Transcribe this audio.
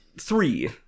Three